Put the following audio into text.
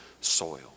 soil